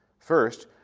first,